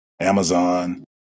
Amazon